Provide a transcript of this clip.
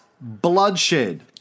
bloodshed